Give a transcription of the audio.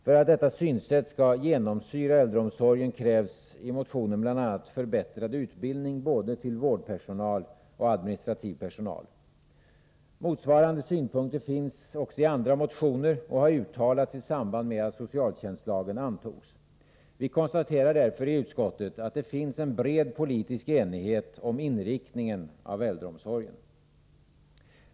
För att detta synsätt skall genomsyra äldreomsorgen krävs i motionen bl.a. förbättrad utbildning både för vårdpersonal och för administrativ personal. Motsvarande synpunkter finns också i andra motioner och har uttalats i samband med att socialtjänstlagen antogs. Vi konstaterar därför i utskottet att det finns en bred politisk enighet om inriktningen av äldreomsorgen.